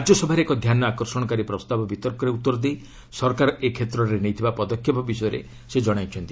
ରାଜ୍ୟସଭାରେ ଏକ ଧ୍ୟାନ ଆକର୍ଷଣକାରୀ ପ୍ରସ୍ତାବ ବିତର୍କରେ ଉତ୍ତର ଦେଇ ସରକାର ଏ କ୍ଷେତ୍ରରେ ନେଇଥିବା ପଦକ୍ଷେପ ବିଷୟରେ ସେ ଜଣାଇଛନ୍ତି